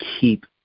keep